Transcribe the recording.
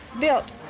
built